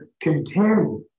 contend